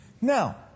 Now